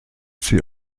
sie